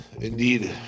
indeed